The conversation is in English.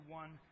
one